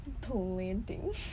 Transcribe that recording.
Planting